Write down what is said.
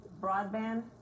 broadband